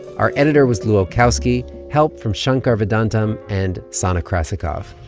our editor was lu olkowski. help from shankar vedantam and sana krasikov